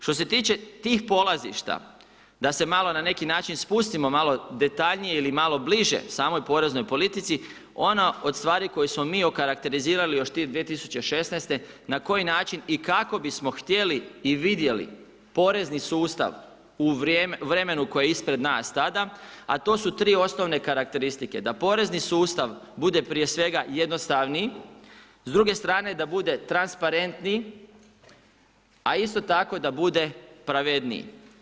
Što se tiče tih polazišta, da se malo na neki način spustimo malo detaljnije ili malo bliže samoj poreznoj politici, ono od stvari koje smo mi okarakterizirali još 2016. na koji način i kako bismo htjeli i vidjeli porezni sustav u vremenu koje je ispred nas tada, a to su tri osnovne karakteristike, da porezni sustav bude prije svega jednostavniji, s druge strane da bude transparentniji, a isto tako da bude pravedniji.